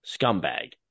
scumbag